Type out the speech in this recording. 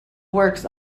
works